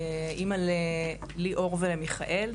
אמא לליאור ומיכאל,